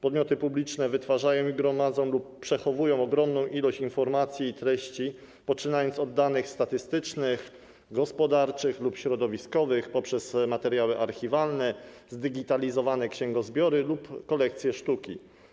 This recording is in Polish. Podmioty publiczne wytwarzają i gromadzą lub przechowują ogromną ilość informacji i treści, poczynając od danych statystycznych, gospodarczych lub środowiskowych, poprzez materiały archiwalne, zdigitalizowane księgozbiory lub kolekcje sztuki.